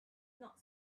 not